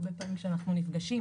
הרבה פעמים כשאנחנו נפגשים,